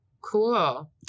Cool